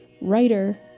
writer